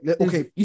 okay